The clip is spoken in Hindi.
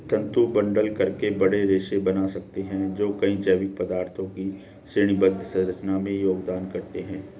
तंतु बंडल करके बड़े रेशे बना सकते हैं जो कई जैविक पदार्थों की श्रेणीबद्ध संरचना में योगदान करते हैं